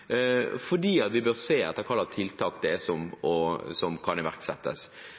fordi vi bør se på hvilke tiltak som kan